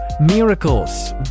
miracles